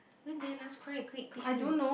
when did I last cry quick teach me